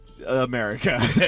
America